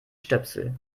stöpsel